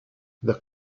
the